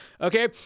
okay